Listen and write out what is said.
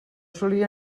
solia